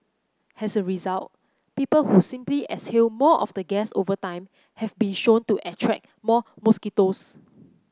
as a result people who simply exhale more of the gas over time have been shown to attract more mosquitoes